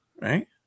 right